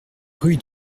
rue